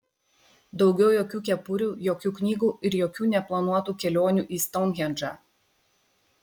daugiau jokių kepurių jokių knygų ir jokių neplanuotų kelionių į stounhendžą